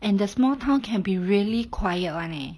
and the small town can be really quiet [one] leh